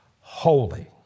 holy